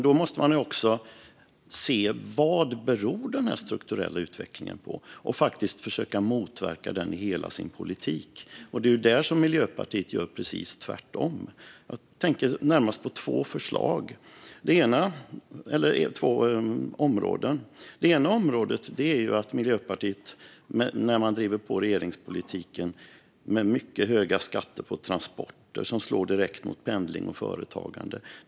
Då måste man också se vad den strukturella utvecklingen beror på och faktiskt försöka motverka den med hela sin politik. Där gör ju Miljöpartiet precis tvärtom. Jag tänker närmast på två områden. Det ena området är att Miljöpartiet driver på regeringspolitiken med mycket höga skatter på transporter. Det slår direkt mot pendling och företagande.